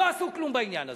לא עשו כלום בעניין הזה.